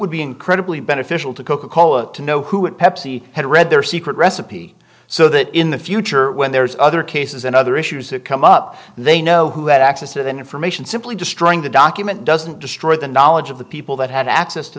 would be incredibly beneficial to coca cola to know who it pepsi had read their secret recipe so that in the future when there's other cases and other issues that come up they know who had access to that information simply destroying the document doesn't destroy the knowledge of the people that had access to